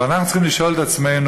אבל אנחנו צריכים לשאול את עצמנו,